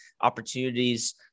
opportunities